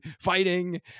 fighting